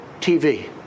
TV